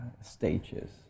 stages